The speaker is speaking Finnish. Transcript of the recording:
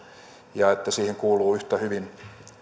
ja että siihen kuuluu yhtä hyvin